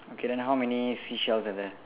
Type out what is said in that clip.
okay then how many seashells are there